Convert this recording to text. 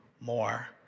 more